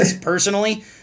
personally